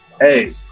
hey